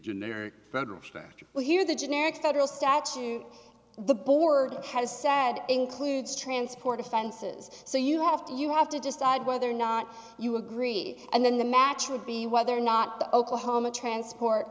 generic federal statute well here the generic federal statute and the board has said includes transport offenses so you have to you have to decide whether or not you agree and then the match would be whether or not the oklahoma transport